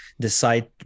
decide